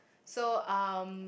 so um